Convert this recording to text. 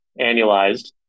annualized